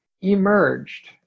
emerged